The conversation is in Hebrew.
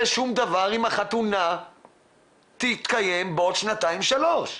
שום דבר אם החתונה תתקיים בעוד שנתיים שלוש,